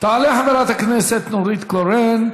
תעלה חברת הכנסת נורית קורן,